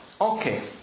Okay